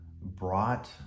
brought